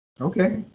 Okay